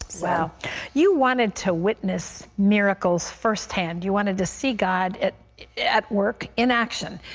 so you wanted to witness miracles firsthand. you wanted to see god at at work in action.